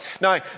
Now